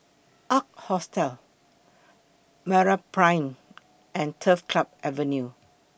Ark Hostel Meraprime and Turf Club Avenue